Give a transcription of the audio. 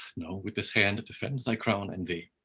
no! with this hand defend thy crown and thee.